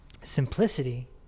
simplicity